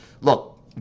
look